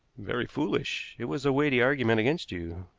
very foolish! it was a weighty argument against you.